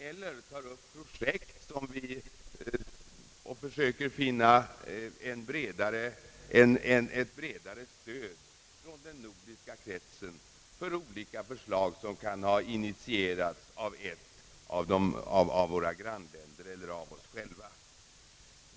Vi tar upp Pprojekt och försöker finna ett bredare stöd från den nordiska kretsen för olika förslag som kan ha initierats av ett av våra grannländer eller av oss själva.